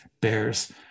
bears